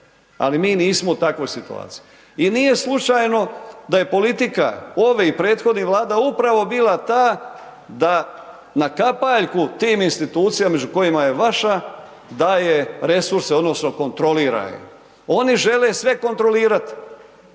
ali mi nismo u takvoj situaciji. I nije slučajno da je politika ove i prethodnih Vlada upravo bila ta da na kapaljku tim institucijama među kojima je vaša daje resurse, odnosno kontrolira je, oni žele sve kontrolirati.